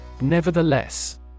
nevertheless